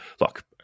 look